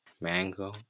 mango